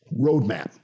roadmap